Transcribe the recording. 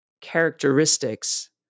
characteristics